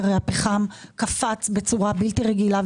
הרי הפחם קפץ בצורה בלתי רגילה,